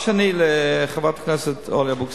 דבר שני, לחברת הכנסת אורלי אבקסיס.